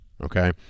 okay